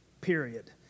period